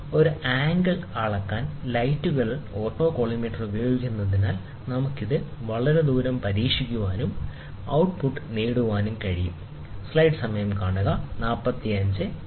ഒരു ആംഗിൾ അളക്കാൻ ലൈറ്റുകളുടെ ഓട്ടോകോളിമേറ്റർ ഉപയോഗിക്കുന്നതിനാൽ നമുക്ക് ഇത് വളരെ ദൂരം പരീക്ഷിക്കാനും ഔട്ട്പുട്ട് നേടാൻ ശ്രമിക്കാനും കഴിയും